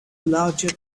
larger